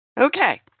okay